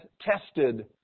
tested